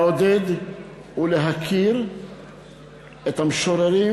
לעודד ולהכיר את המשוררים,